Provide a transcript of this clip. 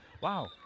wow